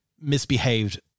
misbehaved